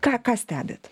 ką ką stebit